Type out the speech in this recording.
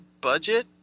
budget